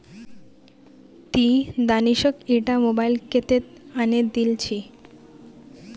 ती दानिशक ईटा मोबाइल कत्तेत आने दिल छि